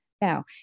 Now